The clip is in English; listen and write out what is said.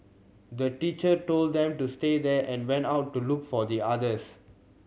the teacher told them to stay there and went out to look for the others